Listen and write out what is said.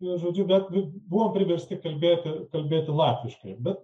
žodžiu bet buvom priversti kalbėti kalbėti latviškai bet